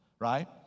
Right